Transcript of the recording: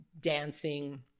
dancing